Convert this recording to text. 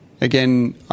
again